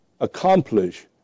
accomplish